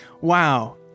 Wow